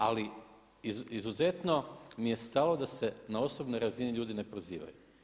Ali izuzetno mi je stalo da se na osobnoj razini ljudi ne prozivaju.